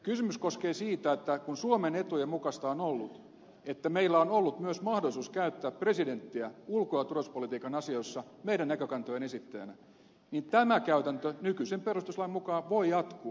kysymys koskee sitä että kun suomen etujen mukaista on ollut että meillä on ollut myös mahdollisuus käyttää presidenttiä ulko ja turvallisuuspolitiikan asioissa meidän näkökantojemme esittäjänä niin tämä käytäntö nykyisen perustuslain mukaan voi jatkua